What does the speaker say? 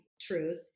truth